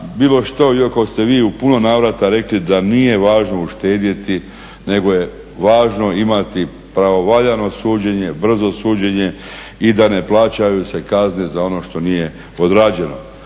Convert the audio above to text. bilo što iako ste vi u puno navrata rekli da nije važno uštedjeti nego je važno imati pravovaljano suđenje, brzo suđenje i da ne plaćaju se kazne za ono što nije odrađeno.